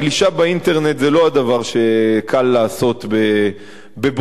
גלישה באינטרנט זה לא הדבר שקל לעשות בברזיל.